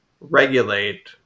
regulate